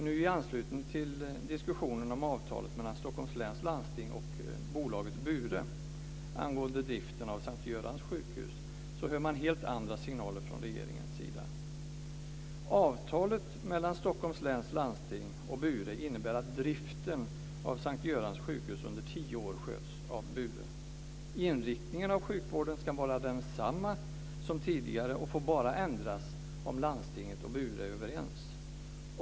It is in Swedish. Nu, i anslutning till diskussionen om avtalet mellan Stockholms läns landsting och bolaget Bure angående driften av S:t Görans sjukhus, hör man helt andra signaler från regeringens sida. Avtalet mellan Stockholms läns landsting och Bure innebär att driften av S:t Görans sjukhus under tio år sköts av Bure. Inriktningen av sjukvården ska vara densamma som tidigare och får bara ändras om landstinget och Bure är överens.